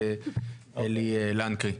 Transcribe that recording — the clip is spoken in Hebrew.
אלי לנקרי.